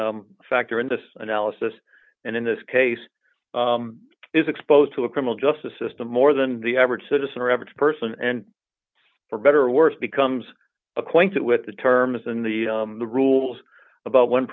a factor in this analysis and in this case is exposed to a criminal justice system more than the average citizen or average person and for better or worse becomes acquainted with the terms and the rules about